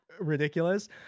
ridiculous